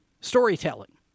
storytelling